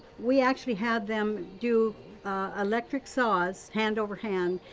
we actually had them do electric saws, hand over hand,